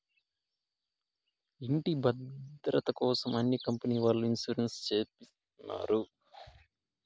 ఇంటి భద్రతకోసం అన్ని కంపెనీల వాళ్ళు ఇన్సూరెన్స్ చేపిస్తారు